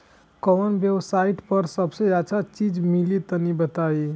कवन वेबसाइट पर सबसे अच्छा बीज मिली तनि बताई?